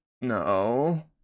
no